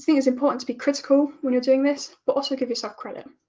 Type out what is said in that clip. think it's important to be critical when you're doing this, but also give yourself credit.